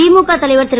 திமுக தலைவர் திரு